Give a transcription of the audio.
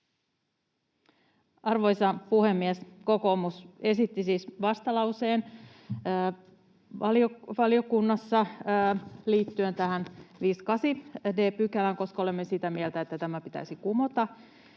Arvoisa puhemies! Kokoomus esitti siis vastalauseen valiokunnassa liittyen tähän 58 d §:ään, koska olemme sitä mieltä, että tämä pitäisi kumota.